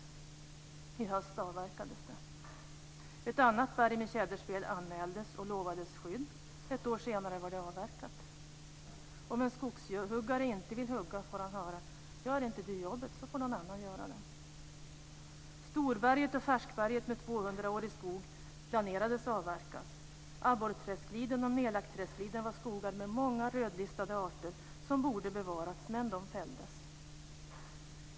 I höst avverkades det. Ett annat berg med tjäderspel anmäldes och lovades skydd. Ett år senare var det avverkat. Om en skogshuggare inte vill hugga får han höra: Gör inte du jobbet så får någon annan göra det. Melakträskliden var skogar med många rödlistade arter som borde bevaras, men de fälldes.